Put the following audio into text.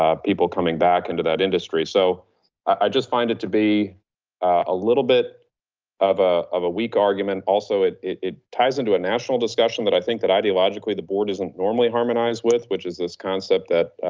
ah people coming back into that industry. so i just find it to be a little bit of ah of a weak argument. also, it it ties into a national discussion that i think that ideologically the board isn't normally harmonized with, which is this concept that,